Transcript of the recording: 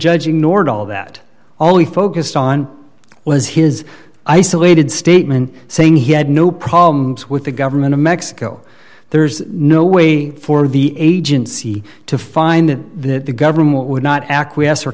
judge ignored all that all he focused on was his isolated statement saying he had no problems with the government of mexico there's no way for the agency to find that the government would not acquiesce or